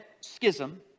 schism